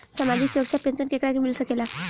सामाजिक सुरक्षा पेंसन केकरा के मिल सकेला?